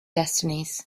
destinies